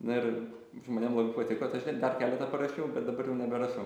na ir žmonėm labai patiko tai aš da dar kartą parašiau bet dabar jau neberašau